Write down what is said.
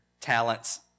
talents